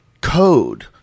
code